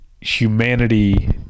humanity